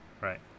Right